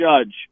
Judge